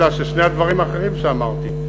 אלא ששני הדברים האחרים שאמרתי,